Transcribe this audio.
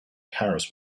paris